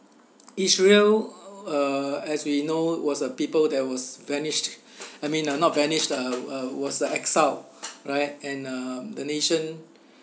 israel uh as we know it was a people that was vanished I mean uh not vanished lah uh uh uh was a exiled right and uh the nation